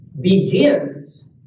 begins